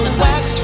wax